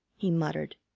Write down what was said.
he muttered.